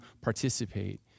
participate